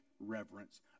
reverence